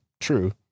True